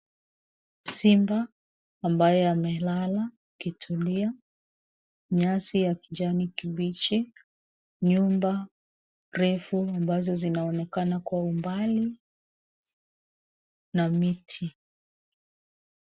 Simba ambaye amelala, akitulia. Nyasi ya kijani kibichi. Nyumba refu ambazo zinaonekana kwa umbali, na miti.